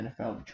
NFL